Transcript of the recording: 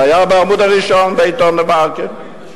זה היה בעמוד הראשון בעיתון "דה-מרקר".